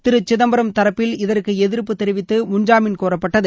திரு சிதம்பரம் தரப்பில் இதற்கு எதிர்ப்பு தெரிவித்து முன் ஜாமீன் கோரப்பட்டது